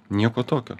nieko tokio